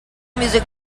music